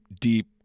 deep